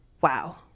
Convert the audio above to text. wow